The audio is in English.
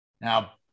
Now